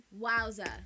Wowza